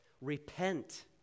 Repent